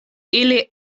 ili